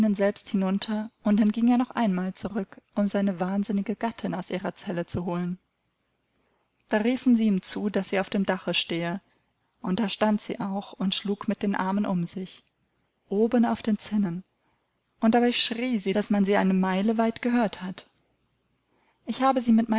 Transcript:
selbst hinunter und dann ging er noch einmal zurück um seine wahnsinnige gattin aus ihrer zelle zu holen da riefen sie ihm zu daß sie auf dem dache stehe und da stand sie auch und schlug mit den armen um sich oben auf den zinnen und dabei schrie sie daß man sie eine meile weit gehört hat ich habe sie mit